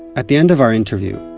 at the end of our interview,